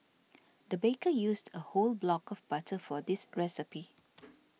the baker used a whole block of butter for this recipe